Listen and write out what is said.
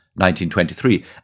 1923